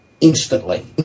instantly